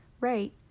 right